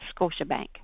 Scotiabank